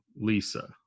Lisa